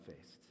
faced